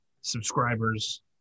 subscribers